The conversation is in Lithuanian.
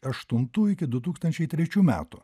aštuntų iki du tūkstančiai trečių metų